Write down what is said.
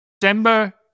December